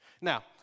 Now